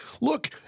look